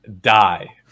die